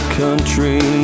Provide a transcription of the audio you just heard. country